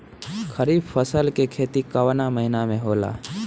खरीफ फसल के खेती कवना महीना में होला?